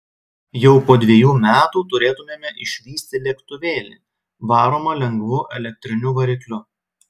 jau po dviejų metų turėtumėme išvysti lėktuvėlį varomą lengvu elektriniu varikliu